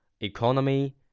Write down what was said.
economy